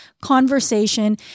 conversation